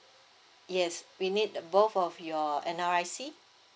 yes we need the both of your N_R_I_C